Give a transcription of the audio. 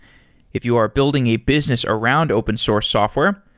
if you are building a business around open source software,